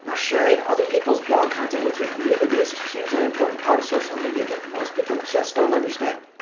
ah sharing other people's blog content with your community is a hugely important part of social media that most people just don't understand.